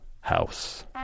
House